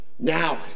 Now